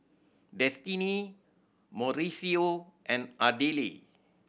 Destinee Mauricio and Ardelle